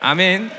Amen